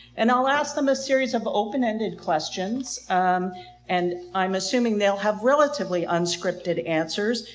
and i'll ask them a series of open ended questions and i'm assuming they'll have relatively unscripted answers.